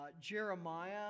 Jeremiah